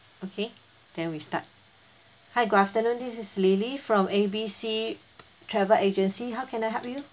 okay then we start hi good afternoon this is lily from A B C travel agency how can I help you